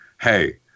hey